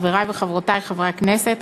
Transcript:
חברי וחברותי חברי הכנסת,